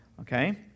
Okay